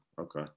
okay